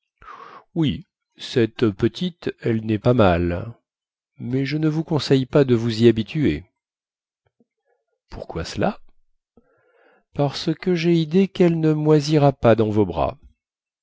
oui cette petite elle nest pas mal mais je ne vous conseille pas de vous y habituer pourquoi cela parce que jai idée quelle ne moisira pas dans vos bras